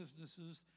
businesses